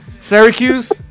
Syracuse